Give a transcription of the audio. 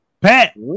Pat